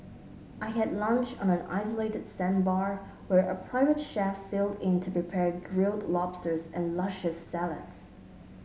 I had lunch on an isolated sandbar where a private chef sailed in to prepare grilled lobsters and luscious salads